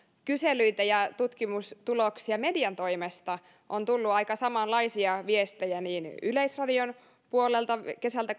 kyselyitä ja tutkimustuloksia median toimesta on tullut aika samanlaisia viestejä niin yleisradion puolelta kesältä